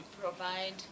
provide